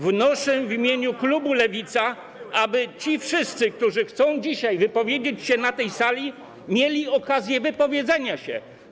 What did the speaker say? Wnoszę w imieniu klubu Lewica, aby ci wszyscy, którzy chcą dzisiaj wypowiedzieć się na tej sali, mieli okazję wypowiedzenia się.